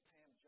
Pam